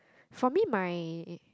for me my